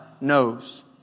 knows